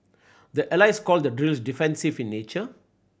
the allies call the drills defensive in nature